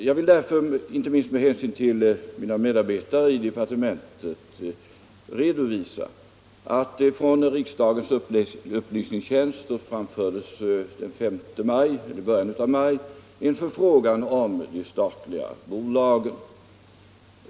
Jag vill därför inte minst med hänsyn till mina medarbetare i departementet redovisa att det från riksdagens upplysningstjänst i början av maj framställdes en förfrågan om de statliga bolagen.